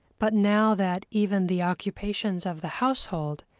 but now that even the occupations of the household,